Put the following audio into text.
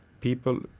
people